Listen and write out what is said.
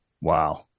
Wow